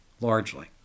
largely